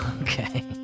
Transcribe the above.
okay